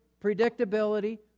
predictability